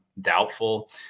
Doubtful